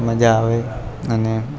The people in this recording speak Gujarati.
મજા આવે અને